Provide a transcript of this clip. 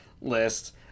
list